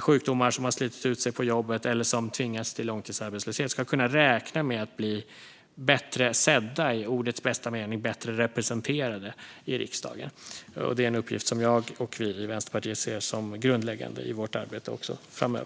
sjukdomar, som har slitit ut sig på jobbet eller som tvingas till långtidsarbetslöshet ska kunna räkna med att bli bättre sedda och i ordets bästa mening bättre representerade i riksdagen. Det är en uppgift som jag och vi i Vänsterpartiet ser som grundläggande i vårt arbete framöver.